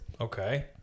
Okay